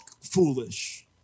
foolish